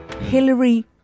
Hillary